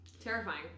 Terrifying